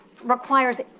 requires